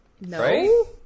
No